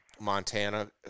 Montana